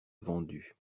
vendu